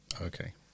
Okay